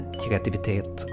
kreativitet